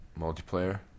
multiplayer